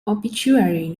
obituary